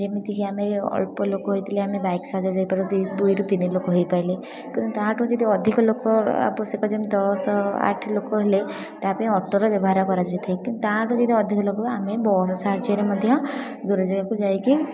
ଯେମିତି କି ଆମେ ଇଏ ଅଳ୍ପଲୋକ ହୋଇଥିଲେ ଆମେ ବାଇକ୍ ସାହାଯ୍ୟରେ ଯାଇପାରନ୍ତି ଦୁଇରୁ ତିନି ଲୋକ ହୋଇପାଇଲେ ତେଣୁ ତାଠୁ ଯଦି ଅଧିକ ଲୋକ ଆବଶ୍ୟକ ଯେମିତି ଦଶ ଆଠ ଲୋକ ହେଲେ ତା'ପାଇଁ ଅଟୋରେ ବ୍ୟବହାର କରାଯାଇଥାଏ କିନ୍ତୁ ତାଠୁ ଯଦି ଅଧିକ ଲୋକ ହେଲେ ଆମେ ବସ୍ ସାହାଯ୍ୟରେ ମଧ୍ୟ ଦୂର ଯେଗାକୁ ଯାଇକି